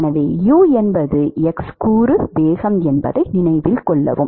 எனவே u என்பது x கூறு வேகம் என்பதை நினைவில் கொள்ளவும்